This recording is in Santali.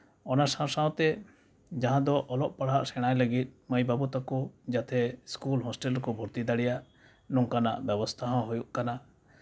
ᱚᱱᱟ ᱥᱟᱶ ᱥᱟᱶᱛᱮ ᱡᱟᱦᱟᱸ ᱫᱚ ᱚᱞᱚᱜ ᱯᱟᱲᱦᱟᱜ ᱥᱮᱬᱟᱭ ᱞᱟᱹᱜᱤᱫ ᱢᱟᱹᱭ ᱵᱟᱵᱩ ᱛᱟᱠᱚ ᱡᱟᱛᱮ ᱤᱥᱠᱩᱞ ᱦᱳᱥᱴᱮᱹᱞ ᱨᱮᱠᱚ ᱵᱷᱩᱨᱛᱤ ᱫᱟᱲᱮᱭᱟᱜ ᱱᱚᱝᱠᱟᱱᱟᱜ ᱵᱮᱵᱚᱥᱛᱷᱟ ᱦᱚᱸ ᱦᱩᱭᱩᱜ ᱠᱟᱱᱟ